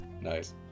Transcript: Nice